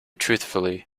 truthfully